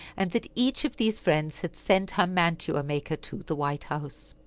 and that each of these friends had sent her mantua-maker to the white house.